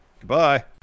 Goodbye